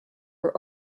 were